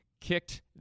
Kicked